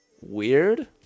weird